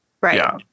Right